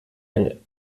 ein